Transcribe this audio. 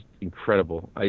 incredible